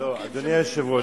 אדוני היושב-ראש,